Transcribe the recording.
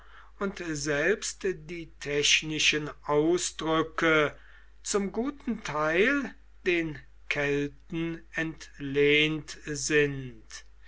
und selbst die technischen ausdrücke zum guten teil den kelten entlehnt sind